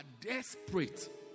desperate